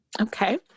Okay